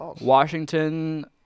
Washington